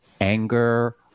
anger